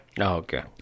Okay